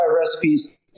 recipes